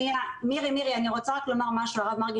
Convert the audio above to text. מירי, אני רוצה לומר משהו, הרב מרגי